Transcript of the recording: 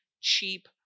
cheap